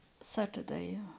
Saturday